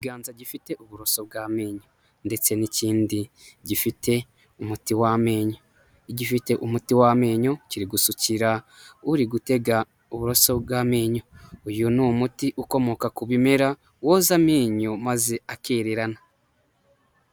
Ikiganza gifite uburoso bw'amenyo ndetse n'ikindi gifite umuti w'amenyo gifite umuti w'amenyo kirigusukira uri gutega uburoso bw'amenyo ,uyu ni umuti ukomoka ku bimera woza amenyo maze akererana.